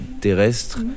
terrestre